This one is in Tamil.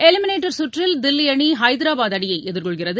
எலிமினேட்டர் சுற்றில் தில்லி அணி ஹைதராபாத் அணியை எதிர்கொள்கிறது